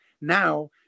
now